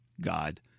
God